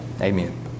Amen